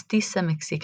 מסטיסה מקסיקנית.